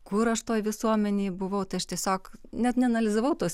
kur aš toj visuomenėj buvau aš tiesiog net neanalizavau tos